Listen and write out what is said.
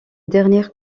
dernière